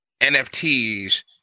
NFTs